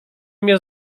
mnie